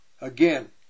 Again